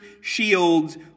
shields